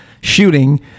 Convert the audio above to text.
shooting